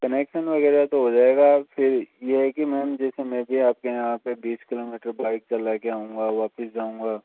connection वगैरह तो हो जायेगा फिर यह है की मैम जैसे मैं भी आपके यहाँ पर बीस किलोमीटर बाइक चला कर आऊँगा वापस जाऊँगा